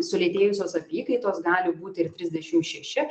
sulėtėjusios apykaitos gali būti ir trisdešim šeši